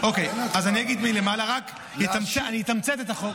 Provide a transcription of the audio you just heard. אוקיי, אז אני אגיד רק מלמעלה, אני אתמצת את החוק.